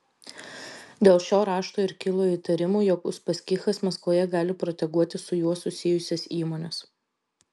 dėl šio rašto ir kilo įtarimų jog uspaskichas maskvoje gali proteguoti su juo susijusias įmones